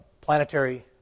planetary